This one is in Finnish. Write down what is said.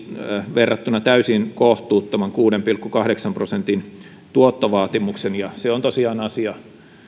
verrattuna täysin kohtuuttoman kuuden pilkku kahdeksan prosentin tuottovaatimuksen ja se on tosiaan asia